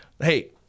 hey